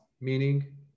meaning